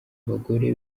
abagore